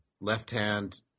left-hand